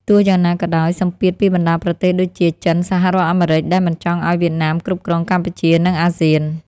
ទោះយ៉ាងណាក៏ដោយ សម្ពាធពីបណ្ដាប្រទេសដូចជា ចិន សហរដ្ឋអាមេរិក ដែលមិនចង់ឱ្យវៀតណាមគ្រប់គ្រងកម្ពុជា និង អាស៊ាន ។